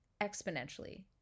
exponentially